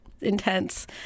intense